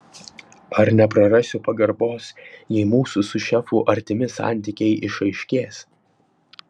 ar neprarasiu pagarbos jei mūsų su šefu artimi santykiai išaiškės